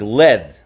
lead